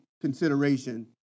consideration